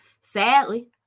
Sadly